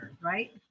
right